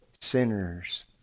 sinners